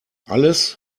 alles